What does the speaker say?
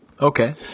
Okay